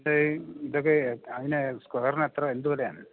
അപ്പോള് ഇതൊക്കെ അതിന് സ്ക്വയറിനെത്ര എന്തു വിലയാണ്